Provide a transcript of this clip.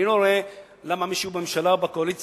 אני לא רואה למה מישהו בממשלה או בקואליציה,